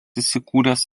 įsikūręs